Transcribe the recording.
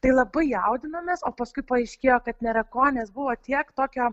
tai labai jaudinomės o paskui paaiškėjo kad nėra ko nes buvo tiek tokio